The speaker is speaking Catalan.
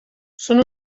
són